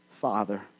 father